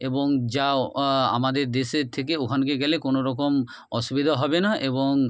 এবং যাও আমাদের দেশের থেকে ওখানে গেলে কোনো রকম অসুবিধা হবে না এবং